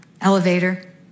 elevator